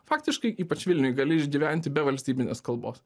faktiškai ypač vilniuj gali išgyventi be valstybinės kalbos